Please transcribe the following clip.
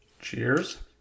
Cheers